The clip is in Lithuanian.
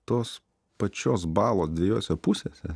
tos pačios balos dvejose pusėse